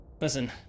Listen